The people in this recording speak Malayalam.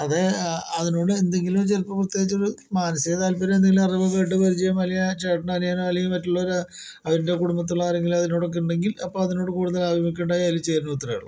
അത് അതിനോട് എന്തെങ്കിലും ചിലപ്പോൾ പ്രത്യേകിച്ചൊരു മാനസ്സിക താൽപര്യം എന്തെങ്കിലും അറിവോ കേട്ട് പരിചയമോ അല്ലെങ്കിൽ ആ ചേട്ടനോ അനിയനോ അല്ലെങ്കിൽ മറ്റുള്ളവരോ അവരുടെ കുടുംബത്തുള്ള ആരെങ്കിലുമോ അതിനോടൊക്കെ ഉണ്ടെങ്കിൽ അപ്പോൾ അതിനോട് കൂടുതൽ ആഭിമുഖ്യം ഉണ്ടായി അതിൽ ചേരണു ഇത്രേ ഉള്ളു